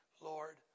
Lord